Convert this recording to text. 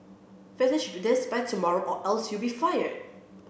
finish be this by tomorrow or else you'll be fired